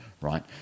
right